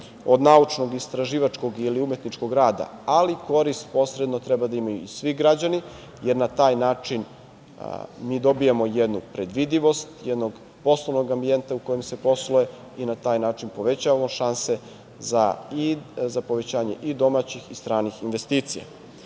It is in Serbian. od naučnog istraživačkog ili umetničkog rada, ali korist posredno treba da imaju svi građani, jer na taj način mi dobijemo jednu predvidljivost jednog poslovnog ambijenta u kojem se posluje i na taj način povećavamo šanse za povećanje i domaćih i stranih investicija.Za